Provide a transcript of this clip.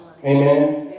Amen